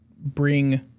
bring